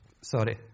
Sorry